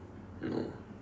no